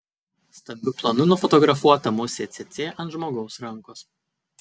stambiu planu nufotografuota musė cėcė ant žmogaus rankos